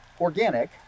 organic